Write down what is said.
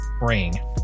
ring